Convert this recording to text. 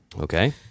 Okay